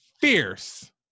fierce